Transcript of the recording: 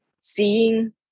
seeing